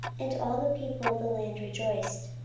and all the people of the land rejoiced